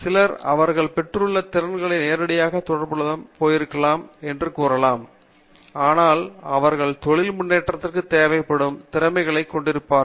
சிலர் அவர்கள் பெற்றுள்ள திறன்களை நேரடியாகத் தொடர்புபடுத்தாமல் போயிருக்கலாம் என்று கூறலாம் ஆனால் அவர்கள் தொழில் முன்னேற்றத்திற்கு தேவைப்படும் திறமைகளை கொண்டிருப்பார்கள்